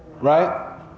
Right